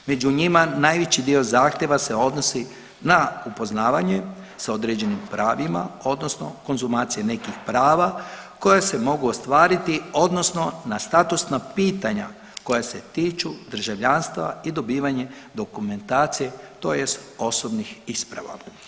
Među njima najveći dio zahtjeva se odnosi na upoznavanje sa određenim pravima odnosno konzumacije nekih prava koja se mogu ostvariti odnosno na statusna pitanja koja se tiču državljanstva i dobivanje dokumentacije tj. osobnih isprava.